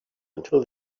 until